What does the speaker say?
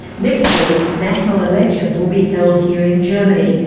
next week, national elections will be held here in germany,